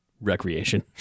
Recreation